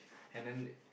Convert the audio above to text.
and then